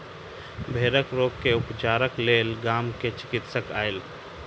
भेड़क रोग के उपचारक लेल गाम मे चिकित्सक आयल